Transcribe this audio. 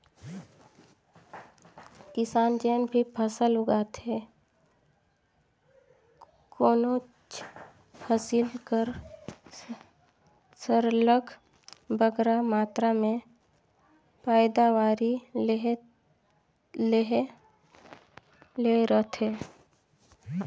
किसान जेन भी फसल उगाथे कोनोच फसिल कर सरलग बगरा मातरा में पएदावारी लेहे ले रहथे